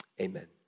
Amen